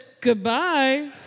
goodbye